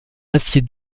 acier